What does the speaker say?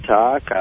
talk